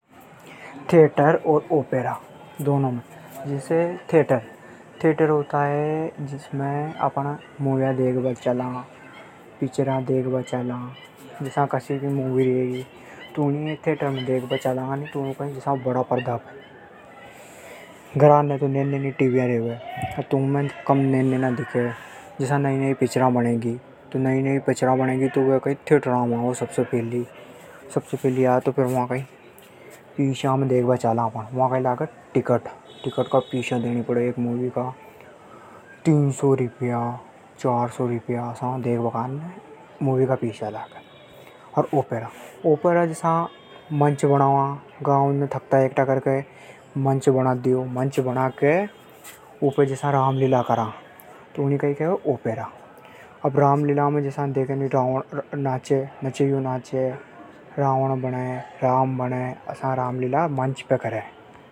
थियेटर और opera. Theatre होवे जिमे अपण मूवी देखबा चाला। जसा कसी भी मूवी रेवे तो ऊणी अपण थियेटर में देखबा चाला तो वा बड़ा पर्दा पे बतावे। घर ने तो नेनी नेनी टीवी रेवे। जसा कोई नवी पिक्चर बणी तो वा थियेटर में आवे सबसे फैली। वा टिकट लागे तो वा पिस्या देणी पड़े। अर ओपेरा जसा गांव में मंच बनावा। मंच बनाके उपे कई कई करा जसा रामलीला तो वु ओपेरा रेवे।